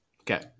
Okay